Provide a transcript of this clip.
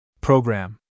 Program